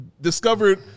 discovered